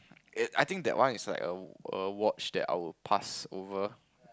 eh I think that one is like a a watch that I would pass over